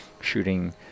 shooting